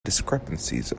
discrepancies